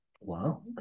Wow